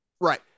Right